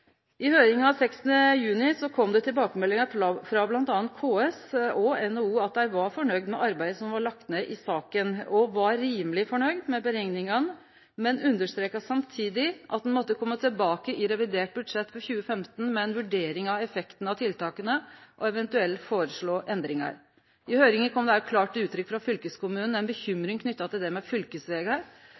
I høyringa 16. juni kom det tilbakemeldingar frå bl.a. KS og NHO om at dei var fornøgde med arbeidet som var lagt ned i saka, og dei var rimeleg fornøgde med berekningane, men understreka samtidig at ein måtte kome tilbake i revidert budsjett for 2015 med ei vurdering av effekten av tiltaka og eventuelt foreslå endringar. I høyringa kom det òg klart til uttrykk ei bekymring frå fylkeskommunane knytt til